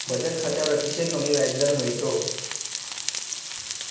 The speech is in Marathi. बचत खात्यावर अतिशय कमी व्याजदर मिळतो